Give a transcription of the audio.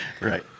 Right